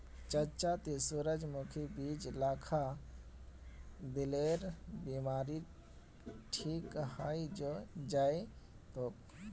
चच्चा ती सूरजमुखीर बीज ला खा, दिलेर बीमारी ठीक हइ जै तोक